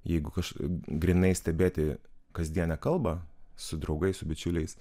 jeigu kaž grynai stebėti kasdienę kalbą su draugais su bičiuliais